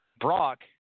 Brock